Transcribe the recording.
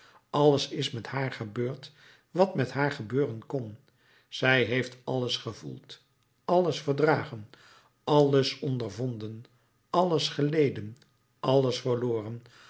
alles is met haar gebeurd wat met haar gebeuren kon zij heeft alles gevoeld alles verdragen alles ondervonden alles geleden alles verloren